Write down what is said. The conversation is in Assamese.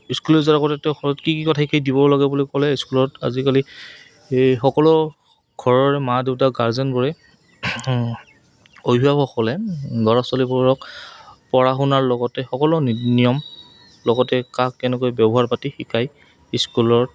স্কুল যোৱাৰ আগতে তেওঁ ঘৰত কি কি কথা শিকাই দিব লাগে বুলি ক'লে স্কুলত আজিকালি এই সকলো ঘৰৰে মা দেউতা গাৰ্জেনবোৰে অভিভাৱসকলে ল'ৰা ছোৱালীবোৰক পঢ়া শুনাৰ লগতে সকলো নিয়ম লগতে কাক কেনেকৈ ব্যৱহাৰ পাতি শিকায় স্কুলত